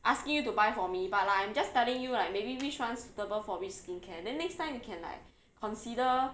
asking you to buy for me but like I'm just telling you like maybe which one suitable for which skincare then next time you can like consider